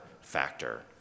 factor